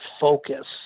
focus